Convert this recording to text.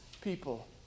people